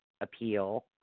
appeal